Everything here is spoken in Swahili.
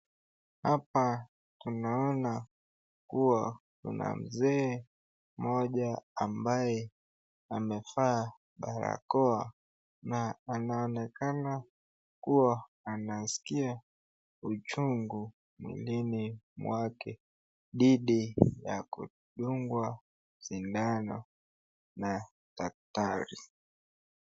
Hapa tunaona kuwa kuna mzee mmoja ambaye amevaa barakoa na anaonekana kuwa anaskia uchungu mwilini mwake dhidi ya kudungwa sindano na daktari.